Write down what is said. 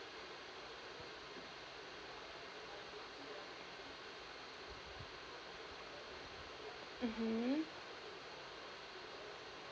mmhmm